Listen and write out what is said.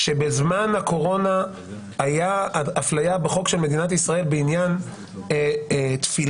שבזמן הקורונה הייתה הפליה בחוק של מדינת ישראל בעניין תפילה,